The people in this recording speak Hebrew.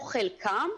או חלקם.